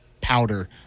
powder